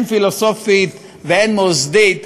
הן פילוסופית והן מוסדית,